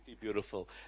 beautiful